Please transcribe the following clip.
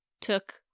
took